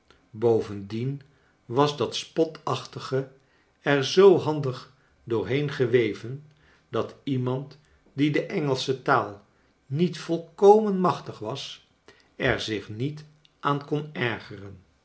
bovendien was dat spotachtige er zoo handig doorheen geweven dat iemand die de engelsche taal niet volkomeri machtig was er zich niet aan kon ergeren